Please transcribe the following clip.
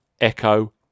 Echo